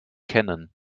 kennen